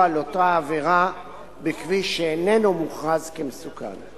על אותה העבירה בכביש שאיננו מוכרז כמסוכן.